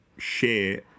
Share